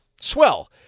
swell